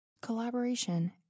collaboration